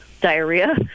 diarrhea